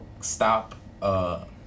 Stop